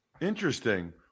Interesting